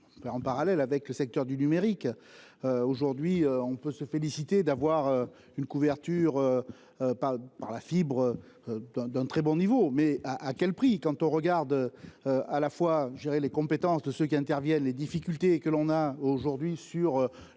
En parallèle avec le secteur du numérique. Aujourd'hui on peut se féliciter d'avoir une couverture. Par par la fibre. D'un d'un très bon niveau, mais à quel prix. Quand on regarde. À la fois je dirais les compétences de ceux qui interviennent les difficultés que l'on a aujourd'hui sur la